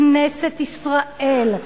כנסת ישראל,